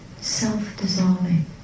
Self-dissolving